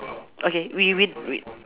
okay we we we